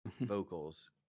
vocals